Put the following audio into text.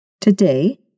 Today